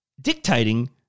dictating